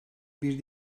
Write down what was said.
bir